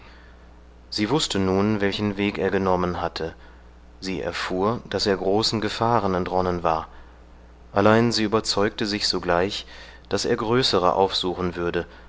sie wußte nun welchen weg er genommen hatte sie erfuhr daß er großen gefahren entronnen war allein sie überzeugte sich sogleich daß er größere aufsuchen würde